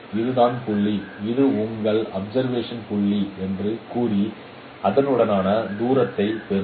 இதுதான் புள்ளி இது உங்கள் கவனிக்கப்பட்ட புள்ளி என்று கூறி அவற்றுக்கிடையேயான தூரத்தைப் பெறுங்கள்